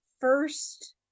first